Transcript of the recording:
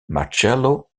marcelo